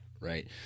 Right